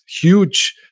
huge